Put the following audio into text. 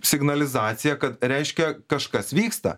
signalizaciją kad reiškia kažkas vyksta